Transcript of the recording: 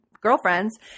girlfriends